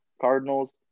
Cardinals